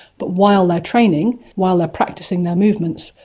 but while they're training, while they're practising their movements,